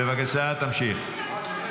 בבקשה, תמשיך.